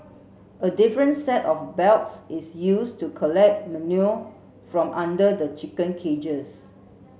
a different set of belts is used to collect manure from under the chicken cages